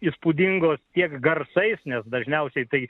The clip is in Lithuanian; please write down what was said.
įspūdingos tiek garsais nes dažniausiai tai